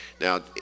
Now